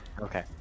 okay